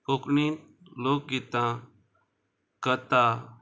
कोंकणींत लोकगीतां कथा